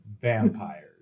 Vampires